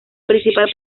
principal